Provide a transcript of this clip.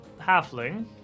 halfling